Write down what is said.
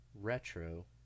retro